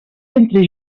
entre